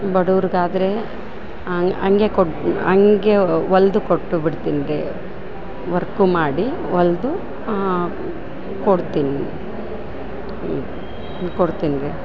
ಬಡವರ್ಗಾದ್ರೆ ಹಂಗೆ ಕೊಡು ಹಂಗೆ ಹೊಲ್ದು ಕೊಟ್ಟು ಬಿಡ್ತಿನಿ ರಿ ವರ್ಕು ಮಾಡಿ ಹೊಲ್ದು ಕೊಡ್ತಿನಿ ಹ್ಞೂ ಕೊಡ್ತಿನಿ ರಿ